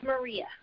Maria